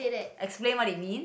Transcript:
explain what it mean